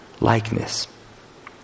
likeness